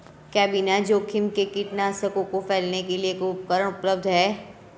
क्या बिना जोखिम के कीटनाशकों को फैलाने के लिए कोई उपकरण उपलब्ध है?